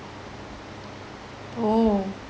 oh